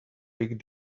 picked